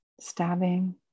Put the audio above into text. stabbing